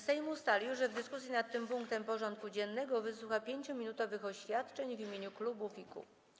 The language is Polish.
Sejm ustalił, że w dyskusji nad tym punktem porządku dziennego wysłucha 5-minutowych oświadczeń w imieniu klubów i kół.